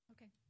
Okay